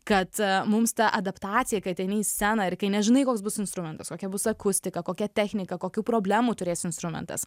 kad mums ta adaptacija kai ateini į sceną ir kai nežinai koks bus instrumentas kokia bus akustika kokia technika kokių problemų turės instrumentas